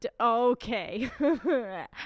Okay